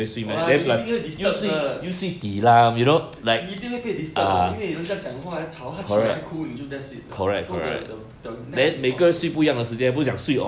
no lah 你一定会 disturb 的一定会被 disturb 因为人家讲话他朝她起来哭你就 that's it liao so the the the naps for